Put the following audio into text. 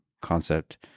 concept